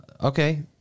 Okay